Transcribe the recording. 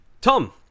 Tom